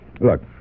Look